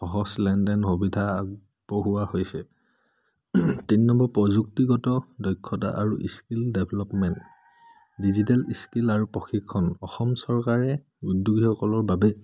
সহজ লেনদেন সুবিধা আগবঢ়োৱা হৈছে তিনি নম্বৰ প্ৰযুক্তিগত দক্ষতা আৰু স্কিল ডেভেলপমেণ্ট ডিজিটেল স্কিল আৰু প্ৰশিক্ষণ অসম চৰকাৰে উদ্যোগীসকলৰ বাবে